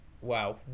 Wow